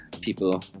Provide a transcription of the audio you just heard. people